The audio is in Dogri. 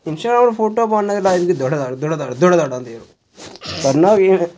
इंस्टाग्राम उप्पर फोटो पाना ते लाइक धड़ाधड़ धड़ाधड़ धड़ाधड़ धड़ाधड़ आंदे ओह्